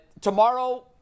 tomorrow